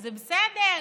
זה בסדר: